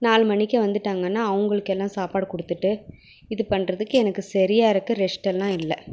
நாலு மணிக்கு வந்துவிட்டாங்கன்னா அவங்களுக்கெல்லாம் சாப்பாடு கொடுத்துட்டு இது பண்ணுறதுக்கு எனக்கு சரியா இருக்கு ரெஸ்டெல்லாம் இல்லை